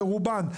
ורובן,